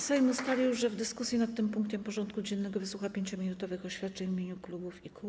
Sejm ustalił, że w dyskusji nad tym punktem porządku dziennego wysłucha 5-minutowych oświadczeń w imieniu klubów i kół.